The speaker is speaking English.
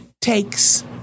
takes